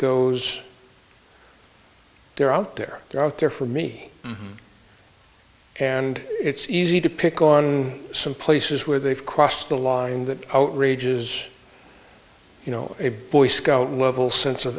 goes they're out there they're out there for me and it's easy to pick on some places where they've crossed the line that outrages you know a boy scout sense of